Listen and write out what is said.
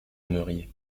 aimeriez